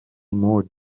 more